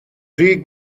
rhy